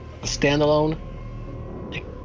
Standalone